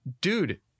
dude